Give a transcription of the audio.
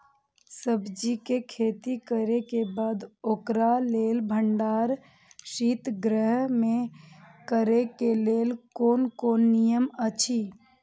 सब्जीके खेती करे के बाद ओकरा लेल भण्डार शित गृह में करे के लेल कोन कोन नियम अछि?